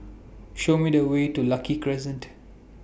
Show Me The Way to Lucky Crescent